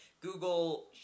Google